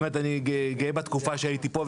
באמת אני גאה בתקופה שהייתי פה,